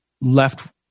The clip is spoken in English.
left